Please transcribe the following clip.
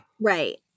Right